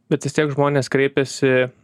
bet vis tiek žmonės kreipiasi